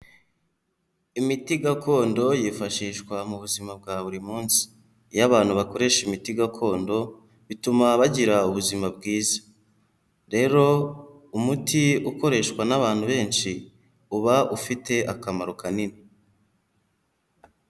Imiti gakondo yifashishwa mu buzima bwa buri munsi, iyo abantu bakoresha imiti gakondo, bituma bagira ubuzima bwiza, rero umuti ukoreshwa n'abantu benshi uba ufite akamaro kanini.